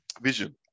Vision